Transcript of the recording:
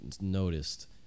noticed